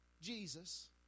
Jesus